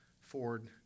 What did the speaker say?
Ford